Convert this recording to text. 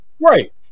Right